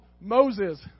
Moses